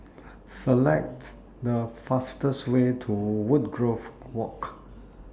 Select The fastest Way to Woodgrove Walk